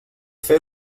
fer